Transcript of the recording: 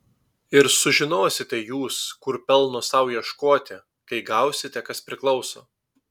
ir sužinosite jūs kur pelno sau ieškoti kai gausite kas priklauso